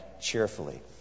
cheerfully